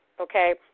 okay